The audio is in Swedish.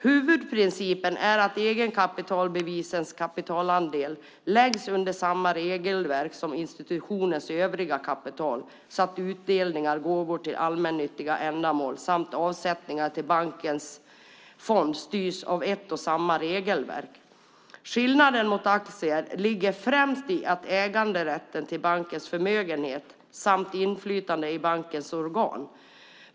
Huvudprincipen är att egenkapitalbevisens kapitalandel läggs under samma regelverk som institutionens övriga kapital så att utdelningar till allmännyttiga ändamål samt avsättningar till sparbankens fond styrs av ett och samma regelverk. Skillnaden mot aktier ligger främst i äganderätten till bankens förmögenhet samt inflytande i bankens organ.